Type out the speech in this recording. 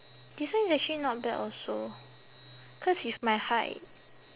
this one is actually not bad also cause with my height